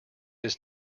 his